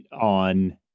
on